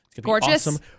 Gorgeous